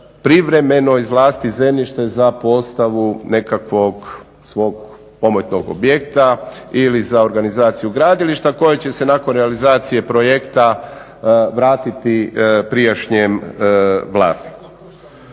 privremeno izvlastiti zemljište za postavu nekakvog svog pomoćnog objekta ili za organizaciju gradilišta koja će se nakon realizacije projekta vratiti prijašnjem vlasniku.